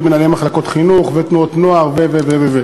מנהלי מחלקות חינוך ותנועות נוער וכו'.